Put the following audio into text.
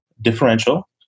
Differential